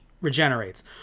regenerates